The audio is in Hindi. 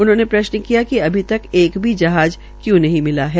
उन्होंने प्रश्न किया कि अभी तक एक भी जहाज क्यूं नहीं मिला है